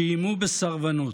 שאיימו בסרבנות,